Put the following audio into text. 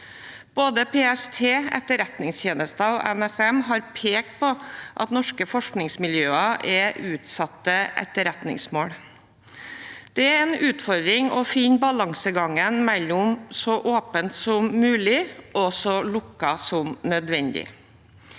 innenfor kunnskapssektoren 3865 pekt på at norske forskningsmiljøer er utsatte etterretningsmål. Det er en utfordring å finne balansegangen mellom så åpent som mulig og så lukket som nødvendig.